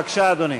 בבקשה, אדוני.